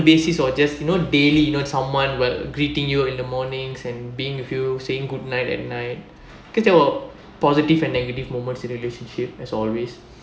basis or just you know daily you know someone will greeting you in the mornings and being with you saying good night at night because there were positive and negative moments in a relationship as always